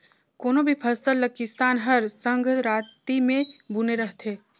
कोनो भी फसल ल किसान हर संघराती मे बूने रहथे